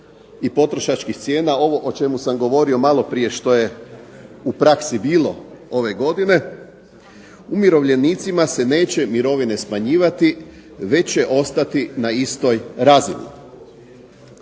i potrošačkih cijena ovo o čemu sam govorio malo prije što je u praksi bilo ove godine umirovljenicima se neće mirovine smanjivati već će ostati na istoj razini